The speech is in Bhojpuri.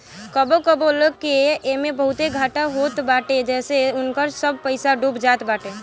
कबो कबो लोग के एमे बहुते घाटा होत बाटे जेसे उनकर सब पईसा डूब जात बाटे